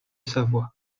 savoie